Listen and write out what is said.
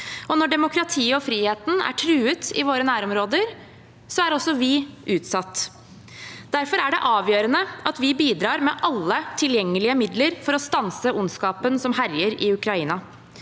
Når demokratiet og friheten er truet i våre nærområder, er også vi utsatt. Derfor er det avgjørende at vi bidrar med alle tilgjengelige midler for å stanse ondskapen som herjer i Ukraina.